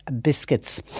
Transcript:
biscuits